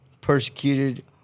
persecuted